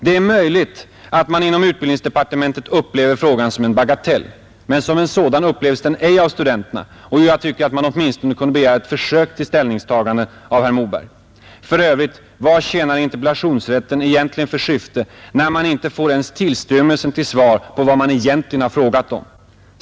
Det är möjligt att man inom utbildningsdepartementet upplever frågan som en bagatell, men som en sådan upplevs den ej av studenterna, och jag tycker att man åtminstone kunde begära ett försök till ställningstagande av herr Moberg. För övrigt; vad tjänar interpellationsrätten för syfte, när man inte får ens tillstymmelsen till svar på vad man egentligen har frågat om?